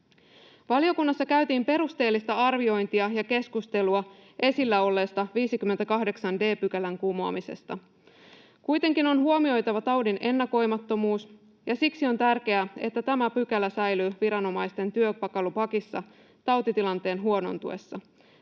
Valiokunnassa käytiin perusteellista arviointia ja keskustelua esillä olleesta 58 d §:n kumoamisesta. Kuitenkin on huomioitava taudin ennakoimattomuus, ja siksi on tärkeää, että tämä pykälä säilyy viranomaisten työkalupakissa tautitilanteen huonontuessa.